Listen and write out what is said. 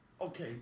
Okay